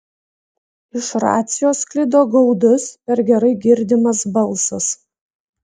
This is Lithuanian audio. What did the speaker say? iš racijos sklido gaudus per gerai girdimas balsas